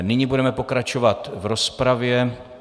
Nyní budeme pokračovat v rozpravě.